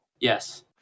Yes